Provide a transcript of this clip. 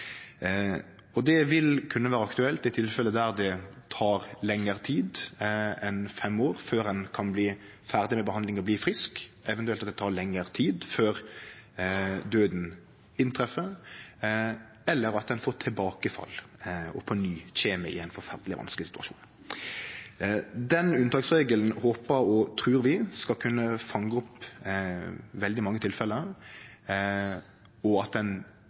Og det vil kunne vere aktuelt i tilfelle der det tar lengre tid enn fem år før ein kan bli ferdig med behandlinga og bli frisk, eventuelt at det tar lengre tid før døden inntreffer, eller at ein får tilbakefall og på ny kjem i ein forferdeleg vanskeleg situasjon. Den unntaksregelen håpar og trur vi skal kunne fange opp veldig mange tilfelle, og at